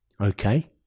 Okay